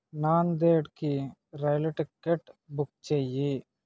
నాందేడ్కి రైలు ticket book చేయి